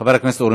חבר הכנסת אורי